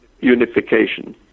unification